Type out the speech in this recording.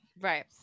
Right